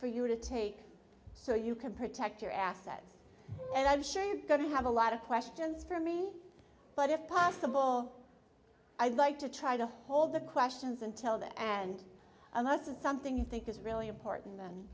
for you to take so you can protect your assets and i'm sure you're going to have a lot of questions for me but if possible i'd like to try to hold the questions until that and unless it's something you think is really important